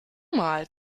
mal